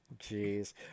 Jeez